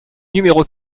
numéro